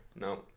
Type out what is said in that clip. no